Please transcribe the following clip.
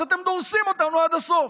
אז אתם דורסים אותנו עד הסוף.